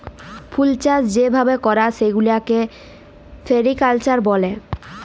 ফুলচাষ যে ভাবে ক্যরে সেগুলাকে ফ্লরিকালচার ব্যলে